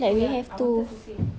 oh ya I wanted to say